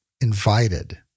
invited